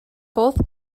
both